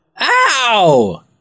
Ow